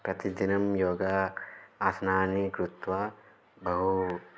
प्रतिदिनं योगासनानि कृत्वा बहु